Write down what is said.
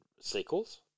sequels